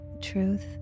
truth